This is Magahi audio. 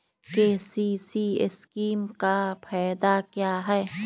के.सी.सी स्कीम का फायदा क्या है?